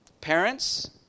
Parents